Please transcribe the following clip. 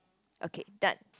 okay done